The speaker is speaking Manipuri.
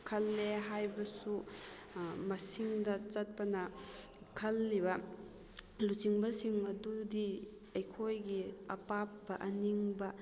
ꯈꯜꯂꯦ ꯍꯥꯏꯕꯁꯨ ꯃꯁꯤꯡꯗ ꯆꯠꯄꯅ ꯈꯜꯂꯤꯕ ꯂꯨꯆꯤꯡꯕꯁꯤꯡ ꯑꯗꯨꯗꯤ ꯑꯩꯈꯣꯏꯒꯤ ꯑꯄꯥꯝꯕ ꯑꯅꯤꯡꯕ